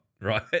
right